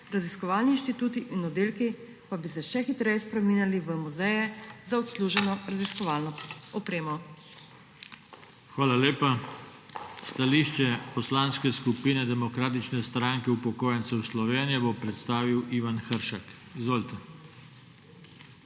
raziskovalni inštituti in oddelki pa bi se še hitreje spreminjali v muzeje za odsluženo raziskovalno opremo. **PODPREDSEDNIK JOŽE TANKO:** Hvala lepa. Stališče Poslanske skupine Demokratične stranke upokojencev Slovenije bo predstavil Ivan Hršak. Izvolite.